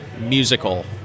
musical